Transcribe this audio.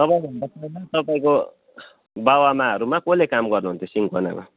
तपाईँभन्दा पहिला तपाईँको बाबुआमाहरूमा कसले काम गर्नुहुन्थ्यो सिन्कोनामा